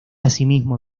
asimismo